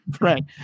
right